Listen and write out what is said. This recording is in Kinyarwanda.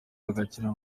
bagakira